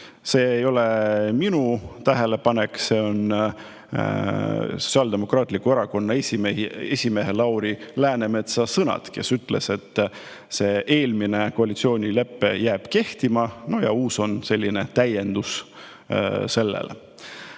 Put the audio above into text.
See ei ole minu tähelepanek, need on Sotsiaaldemokraatliku Erakonna esimehe Lauri Läänemetsa sõnad. Ta ütles, et eelmine koalitsioonilepe jääb kehtima ja uus on selle täiendus.